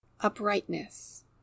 uprightness